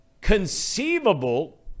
Conceivable